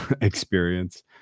experience